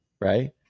right